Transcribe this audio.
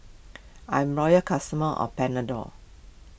I'm loyal customer of Panadol